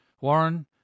Warren